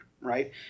right